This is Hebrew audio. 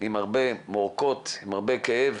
עם הרבה מועקות, עם הרבה כאב